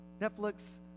Netflix